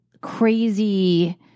crazy